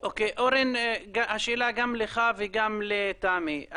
אורן, השאלה גם לך וגם לתמי.